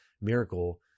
miracle